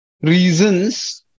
reasons